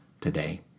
today